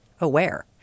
aware